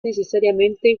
necesariamente